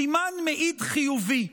סימן מעיד חיובי,